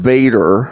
Vader